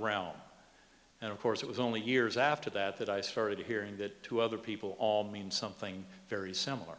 round and of course it was only years after that that i started hearing that two other people all mean something very similar